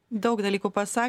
daug dalykų pasa